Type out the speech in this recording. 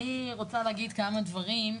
אני רוצה להגיד כמה דברים.